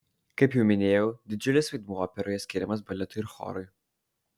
kaip jau minėjau didžiulis vaidmuo operoje skiriamas baletui ir chorui